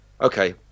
okay